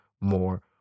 more